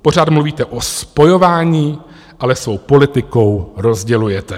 Pořád mluvíte o spojování, ale svou politikou rozdělujete.